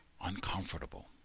uncomfortable